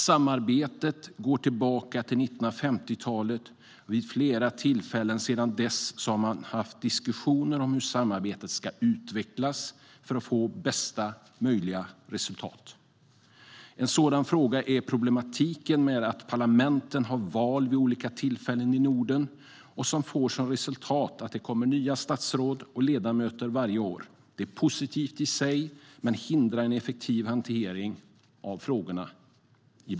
Samarbetet går tillbaka till 1950-talet, och vid flera tillfällen sedan dess har man haft diskussioner om hur samarbetet ska utvecklas för att få bästa möjliga resultat. En sådan fråga är problematiken med att parlamenten i Norden har val vid olika tillfällen. Det får som resultat att det kommer nya statsråd och ledamöter varje år. Det är positivt i sig men hindrar ibland en effektiv hantering av frågorna.